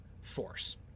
force